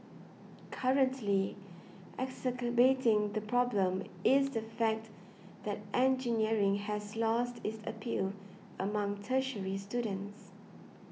currently exacerbating the problem is the fact that engineering has lost its appeal among tertiary students